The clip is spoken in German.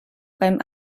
beim